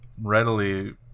readily